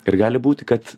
ir gali būti kad